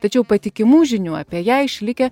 tačiau patikimų žinių apie ją išlikę